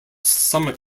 summer